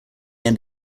end